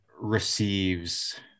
receives